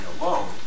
alone